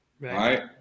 right